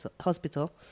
Hospital